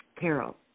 Carol